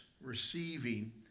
receiving